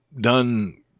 done